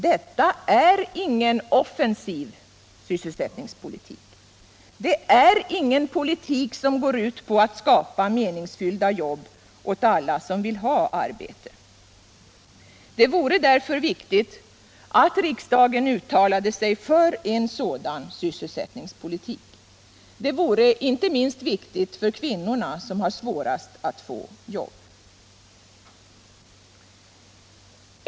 Detta är ingen offensiv sysselsättningspolitik. Det är ingen politik som går ut på att skapa meningsfyllda jobb åt alla som vill ha arbete. Det vore därför viktigt att riksdagen uttalade sig för en sådan sysselsättningspolitik. Det vore inte minst viktigt för kvinnorna, som har svårast att få jobb.